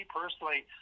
personally